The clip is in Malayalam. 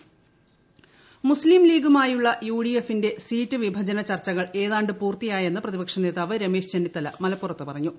രമേശ് ചെന്നിത്തല മുസ്ലിം ലീഗുമായുള്ള യുഡിഎഫിന്റെ സീറ്റ് വിഭജന ചർച്ചകൾ ഏതാണ്ട് പൂർത്തിയായെന്ന് പ്രതിപക്ഷ നേതാവ് രമേശ് ചെന്നിത്തല മലപ്പുറത്ത് പറഞ്ഞു